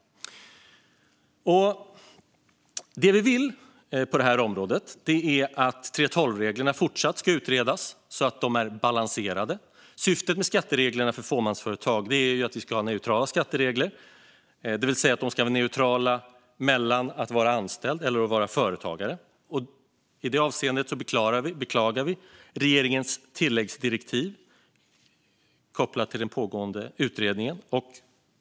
Det vi vill på detta område är att 3:12-reglerna fortsatt ska utredas så att de är balanserade. Syftet med skattereglerna för fåmansföretag är att vi ska ha neutrala skatteregler, det vill säga neutrala mellan att vara anställd och att vara företagare, och i det avseendet beklagar vi regeringens tilläggsdirektiv kopplat till den pågående utredningen.